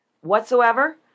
whatsoever